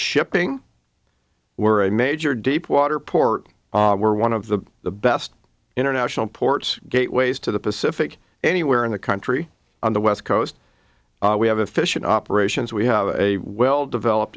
shipping we're a major deep water port we're one of the best international ports gateways to the pacific anywhere in the country on the west coast we have a fishing operations we have a well developed